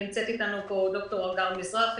נמצאת איתנו פה ד"ר הדר מזרחי,